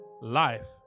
Life